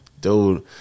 Dude